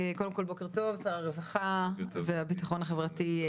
קודם כל בוקר טוב שר הרווחה והבטחון החברתי,